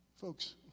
Folks